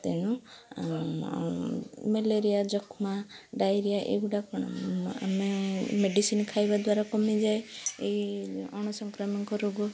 ତେଣୁ ମ୍ୟାଲେରିଆ ଯକ୍ଷ୍ମା ଡାଇରିଆ ଏଗୁଡ଼ା କ'ଣ ଆମେ ମେଡ଼ିସିନ୍ ଖାଇବା ଦ୍ୱାରା କମିଯାଏ ଏହି ଅ'ଣ ସଂକ୍ରାମକ ରୋଗ